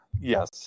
Yes